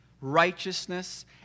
righteousness